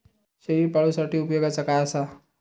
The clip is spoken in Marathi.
शेळीपाळूसाठी उपयोगाचा काय असा?